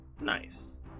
nice